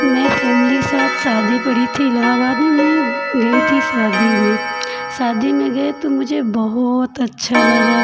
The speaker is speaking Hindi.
मैं फैमली के साथ शादी पड़ी थी इलाहाबाद में मैं गई थी शादी में शादी में गए तो मुझे बहुत अच्छा लगा